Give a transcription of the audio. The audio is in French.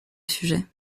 sujet